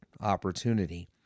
opportunity